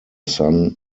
son